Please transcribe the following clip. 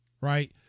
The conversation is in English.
Right